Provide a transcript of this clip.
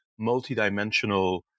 multidimensional